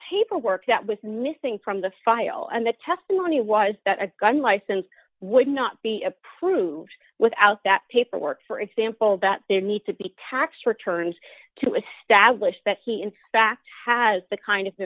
paperwork that was missing from the file and the testimony was that a gun license would not be approved without that paperwork for example that there need to be tax returns to establish that he in fact has the kind of